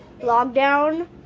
lockdown